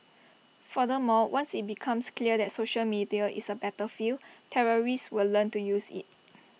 furthermore once IT becomes clear that social media is A battlefield terrorists will learn to use IT